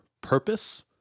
purpose